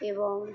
এবং